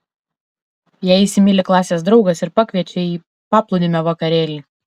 ją įsimyli klasės draugas ir pakviečia į paplūdimio vakarėlį